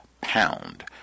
pound